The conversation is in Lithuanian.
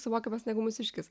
suvokiamas negu mūsiškis